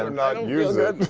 ah not and use it.